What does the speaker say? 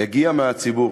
הגיעה מהציבור,